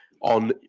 on